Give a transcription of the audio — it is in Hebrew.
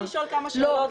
אפשר לשאול כמה שאלות?